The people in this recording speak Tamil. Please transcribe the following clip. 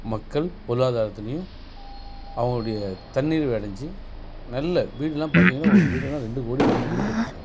மக்கள் பொருளாதாரத்துலேயும் அவங்களுடைய தன்னிறைவு அடைஞ்சி நல்ல வீடெலாம் பார்த்தீங்கனா ஒரு வீடுன்னால் ரெண்டு கோடி மூணு கோடி கட்டியிருக்காங்க